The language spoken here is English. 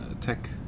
tech